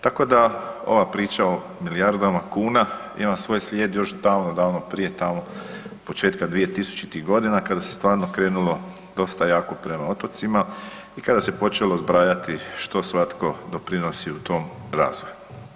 Tako da ova priča o milijardama kuna ima svoj slijed još davno, davno prije tamo od početka 2000.-tih godina kada se stvarno krenulo dosta jako prema otocima i kada se počelo zbrajati što svatko doprinosi u tom razvoju.